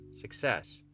success